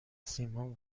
سیمان